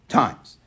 times